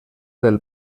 del